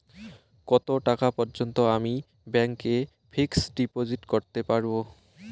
কত টাকা পর্যন্ত আমি ব্যাংক এ ফিক্সড ডিপোজিট করতে পারবো?